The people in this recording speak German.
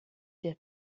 der